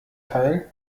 teil